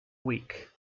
week